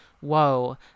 whoa